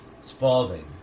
Spaulding